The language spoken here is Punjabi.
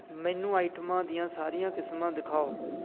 ਮੈਨੂੰ ਆਈਟਮਾਂ ਦੀਆਂ ਸਾਰੀਆਂ ਕਿਸਮਾਂ ਦਿਖਾਓ